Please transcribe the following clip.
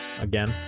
again